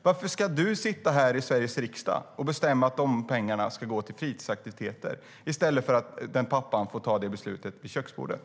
Varför ska du sitta här i Sveriges riksdag och bestämma att pengarna ska gå till fritidsaktiviteter, i stället för att pappan får ta det beslutet vid köksbordet?